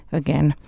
again